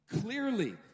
clearly